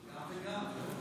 גם וגם.